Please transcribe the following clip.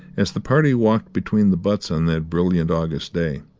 as the party walked between the butts on that brilliant august day,